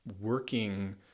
working